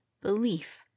belief